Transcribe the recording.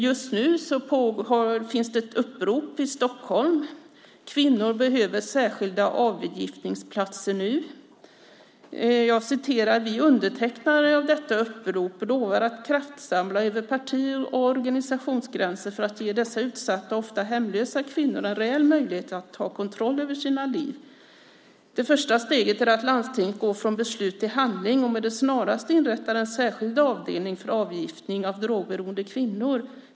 Just nu pågår ett upprop i Stockholm: Kvinnor behöver särskilda avgiftningsplatser - nu! Jag citerar: "Vi, undertecknarna av detta upprop, lovar att kraftsamla över parti och organisationsgränser för att ge dessa utsatta och ofta hemlösa kvinnor en reell möjlighet att ta kontroll över sina liv. Det första viktiga steget är att landstinget går från beslut till handling och med det snaraste inrättar en särskild avdelning för avgiftning av drogberoende kvinnor.